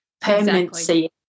Permanency